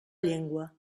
llengua